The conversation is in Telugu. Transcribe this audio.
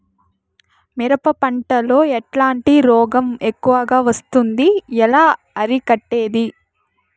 మిరప పంట లో ఎట్లాంటి రోగం ఎక్కువగా వస్తుంది? ఎలా అరికట్టేది?